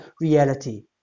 reality